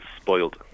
spoiled